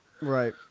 Right